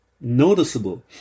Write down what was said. noticeable